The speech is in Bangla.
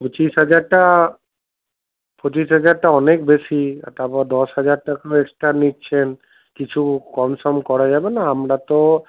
পঁচিশ হাজারটা পঁচিশ হাজারটা অনেক বেশি আর তারপর দশ হাজার টাকাও এক্সট্রা নিচ্ছেন কিছু কম সম করা যাবে না আমরা তো